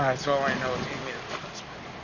i so i know take me to a hospital.